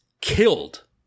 killed